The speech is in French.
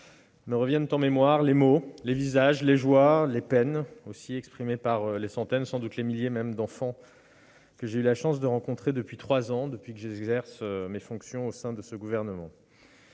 me reviennent en mémoire les mots, les visages, les joies et les peines exprimées par les centaines, sans doute même les milliers d'enfants que j'ai eu la chance de rencontrer depuis trois ans, depuis que j'exerce mes fonctions au sein du Gouvernement.